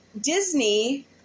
Disney